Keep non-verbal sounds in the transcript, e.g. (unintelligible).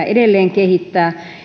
(unintelligible) edelleen kehittää